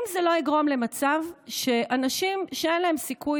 האם זה לא יגרום למצב שנשים שאין להן סיכוי